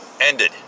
ended